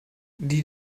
die